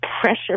pressure